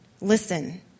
Listen